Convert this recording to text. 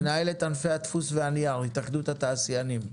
מנהלת ענפי הדפוס והנייר, התאחדות התעשיינים.